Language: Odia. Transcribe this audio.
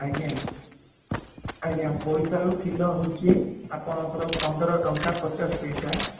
ଆଜ୍ଞା ଆଜ୍ଞା ବୋଇତାଲୁ କିଲୋ ହେଉଛି ଆପଣଙ୍କର ପନ୍ଦର ଟଙ୍କା ପଚାଶ ପଇସା